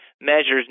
measures